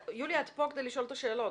יוליה, את פה כדי לשאול את השאלות.